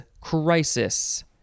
crisis